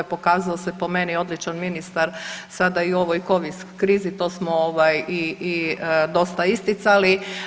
Pokazao se po meni odličan ministar sada i u ovoj Covid krizi, to smo ovaj i dosta isticali.